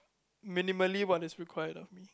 minimally what is required of me